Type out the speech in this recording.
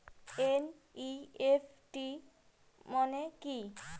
NEFT মনে কি?